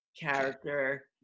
character